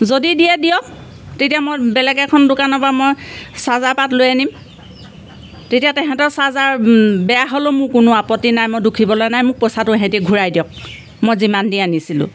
যদি দিয়ে দিয়ক তেতিয়া মই বেলেগ এখন দোকানৰ পৰা মই চাৰ্জাৰ পাত লৈ আনিম তেতিয়া তেহেঁতৰ চাৰ্জাৰ বেয়া হ'লেও মোৰ কোনো আপত্তি নাই মই দুষিবলৈ নাই মোক পইচাটো সহেঁ ঘূৰাই দিয়ক মই যিমান দি আনিছিলোঁ